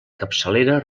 capçalera